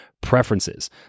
preferences